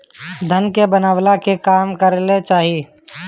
धन के बनवला के काम करे के चाही